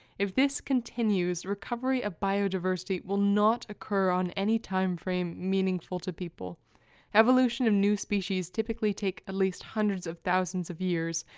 if this continues, recovery of biodiversity will not occur on any timeframe meaningful to people evolution of new species typically takes at least hundreds of thousands of years,